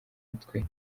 natwe